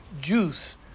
juice